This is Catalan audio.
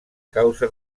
causa